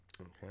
Okay